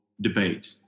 debate